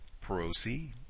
proceed